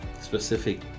specific